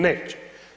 Neće.